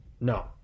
No